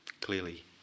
clearly